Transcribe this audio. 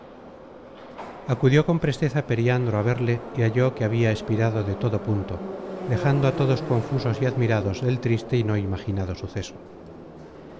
acudió con presteza periandro á verle y halló que habia espirado de todo punto dejando á todos confusos y admirados del triste y no imaginado suceso